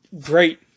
great